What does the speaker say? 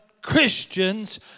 Christians